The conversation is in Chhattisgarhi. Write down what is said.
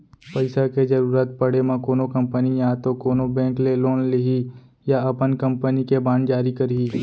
पइसा के जरुरत पड़े म कोनो कंपनी या तो कोनो बेंक ले लोन लिही या अपन कंपनी के बांड जारी करही